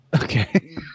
Okay